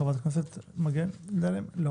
חברת הכנסת מגן היא אחת